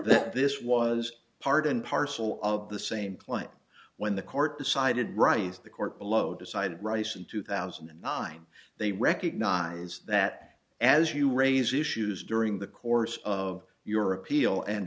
that this was part and parcel of the same claim when the court decided rice the court below decided rice in two thousand and nine they recognize that as you raise issues during the course of your appeal and